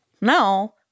no